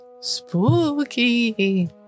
spooky